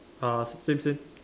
ah s~ same same